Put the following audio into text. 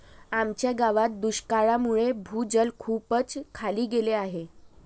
आमच्या गावात दुष्काळामुळे भूजल खूपच खाली गेले आहे